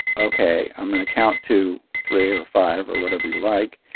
ok, i'm going to count to three or five or whatever you like,